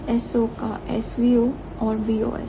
VSO का SVO और VOS